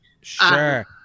Sure